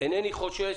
אינני חושש.